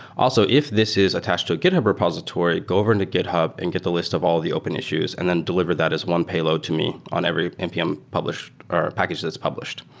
also, if this is a test to a github repository, go over into github and get the list of all the open issues and then deliver that as one payload to me on every npm ah package that's published.